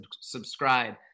subscribe